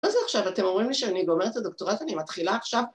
‫מה זה עכשיו? אתם אומרים לי ‫שאני גומרת את הדוקטורט? ‫אני מתחילה עכשיו?